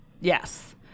yes